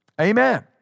Amen